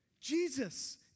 Jesus